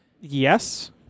Yes